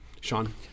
Sean